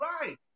right